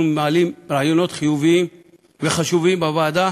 אנחנו מעלים רעיונות חיוביים וחשובים בוועדה,